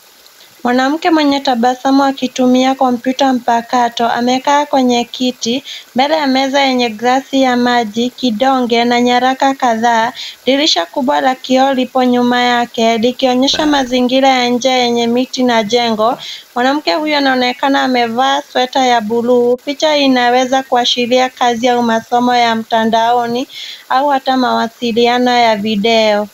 Mwanamke mwenye tabasamu akitumia kompyuta mpakato., amekaa kwenye kiti, mbele ya meza yenye glasi ya maji, kidonge na nyaraka kadhaa. Dirisha kubwa na kioo lipo nyuma yake likionyesha mazingira ya nje yenye miti na jengo. Mwanamke huyo anaonekana amevaa sweta ya bluu. Picha inaweza kuashiria kazi au masomo ya mtandaoni, au hata mawasiliano ya video.